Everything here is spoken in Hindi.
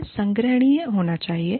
उन्हें संग्रहणीय होना चाहिए